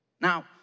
Now